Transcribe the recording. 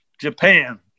japan